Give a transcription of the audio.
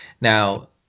Now